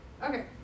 Okay